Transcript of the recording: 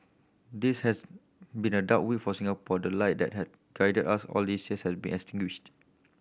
this has been a dark week for Singapore the light that had guided us all these years has been